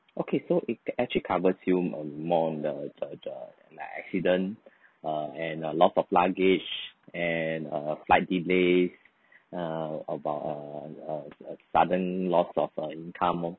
okay so it actually covers you uh more on the the the like accident uh and uh loss of luggage and uh flight delays uh about uh uh uh sudden loss of uh income